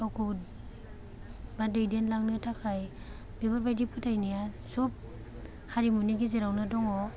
गावखौ बा दैदेन लांनो थाखाय बेफोर बादि फोथायनाया सब हारिमुनि गेजेरावनो दं ङ